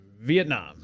Vietnam